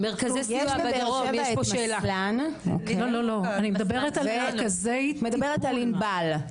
אני מדברת על מרכזי -- את מדברת על ענבל.